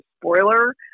spoiler